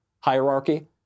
hierarchy